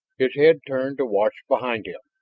his head turned to watch behind him.